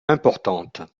importante